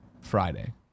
Friday